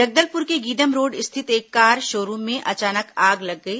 जगदलपुर के गीदम रोड स्थित एक कार शो रूम में अचानक आग लग गई